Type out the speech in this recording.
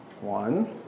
One